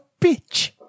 bitch